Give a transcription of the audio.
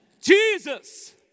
Jesus